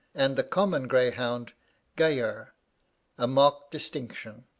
and the common greyhound gayer a marked distinction,